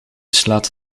slaat